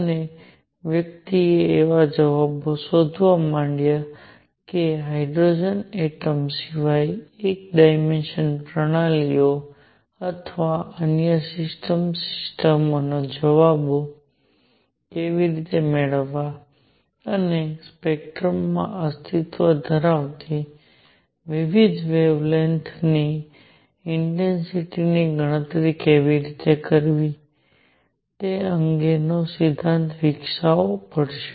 અને વ્યક્તિએ એવા જવાબો શોધવા પડ્યા કે હાઇડ્રોજન એટમ સિવાયની એક ડાયમેન્શનલ પ્રણાલીઓ અથવા અન્ય સિસ્ટમ સિસ્ટમોના જવાબો કેવી રીતે મેળવવા અને સ્પેક્ટ્રમમાં અસ્તિત્વ ધરાવતી વિવિધ વેવલેન્ગથની ઇન્ટેન્સિટી ની ગણતરી કેવી રીતે કરવી તે અંગે નો સિદ્ધાંત વિકસાવવો પડશે